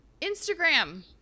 Instagram